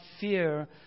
fear